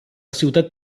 ciutat